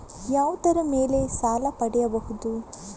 ಯಾವುದರ ಮೇಲೆ ಸಾಲ ಪಡೆಯಬಹುದು?